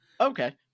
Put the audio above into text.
Okay